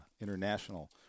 international